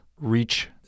reach